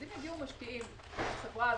אם יביאו משקיעים לחברה,